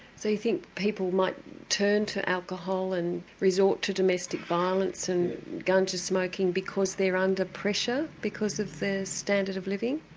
so you think people might turn to alcohol and resort to domestic violence and ganja smoking because they're under pressure because of the standard of living?